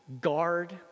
Guard